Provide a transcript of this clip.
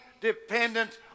dependent